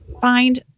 find